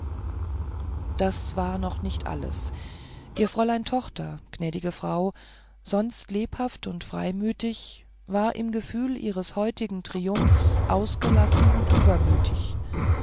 das war noch nicht alles ihre fräulein tochter gnädige frau sonst lebhaft und freimütig war im gefühl ihres heutigen triumphs ausgelassen und übermütig